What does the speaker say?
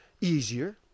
easier